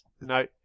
No